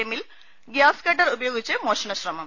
എമ്മിൽ gas cutter ഉപയോഗിച്ച് മോഷണശ്ര മം